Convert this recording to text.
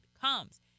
comes